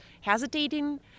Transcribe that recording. hesitating